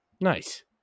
Nice